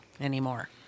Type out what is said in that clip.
anymore